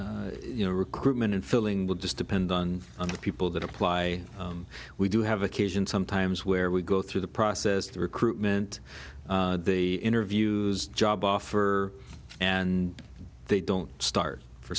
you know recruitment and filling would just depend on on the people that apply we do have occasion sometimes where we go through the process the recruitment interviews job offer and they don't start for